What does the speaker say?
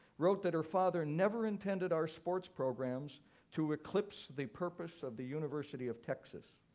wrote that her father never intended our sports programs to eclipse the purpose of the university of texas.